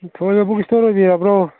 ꯊꯣꯏꯕ book store ꯑꯣꯏꯕꯤꯔꯕ꯭ꯔꯣ